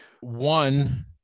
One